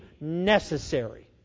necessary